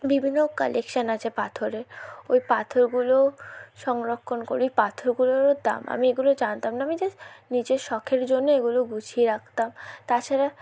বিভিন্ন কালেকশান আছে পাথরের ওই পাথরগুলোও সংরক্ষণ করি পাথরগুলোরও দাম আমি এগুলো জানতাম না আমি জাস্ট নিজের শখের জন্য এগুলো গুছিয়ে রাখতাম তাছাড়া